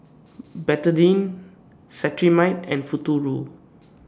Betadine Cetrimide and Futuro